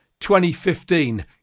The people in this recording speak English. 2015